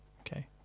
okay